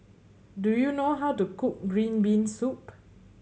do you know how to cook green bean soup